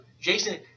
Jason